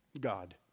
God